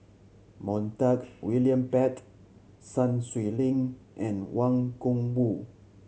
Montague William Pett Sun Xueling and Wang Gungwu